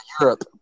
Europe